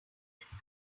this